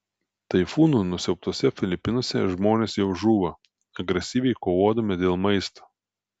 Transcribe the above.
taifūno nusiaubtuose filipinuose žmonės jau žūva agresyviai kovodami dėl maisto